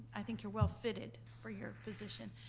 i think you're well-fitted for your position.